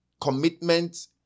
commitment